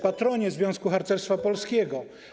Patronie Związku Harcerstwa Polskiego!